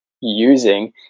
using